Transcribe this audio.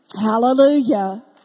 Hallelujah